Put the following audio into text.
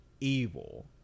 evil